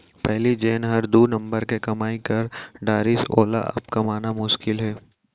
पहिली जेन हर दू नंबर के कमाई कर डारिस वोला अब कमाना मुसकिल हे